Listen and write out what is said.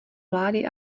vlády